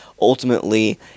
ultimately